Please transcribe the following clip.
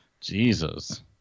Jesus